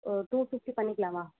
ஒரு two fifty பண்ணிக்கலாமா